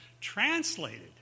translated